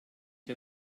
der